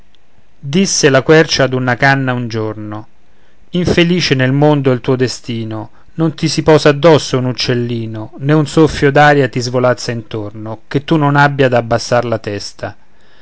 disse la quercia ad una canna un giorno infelice nel mondo è il tuo destino non ti si posa addosso un uccellino né un soffio d'aria ti svolazza intorno che tu non abbia ad abbassar la testa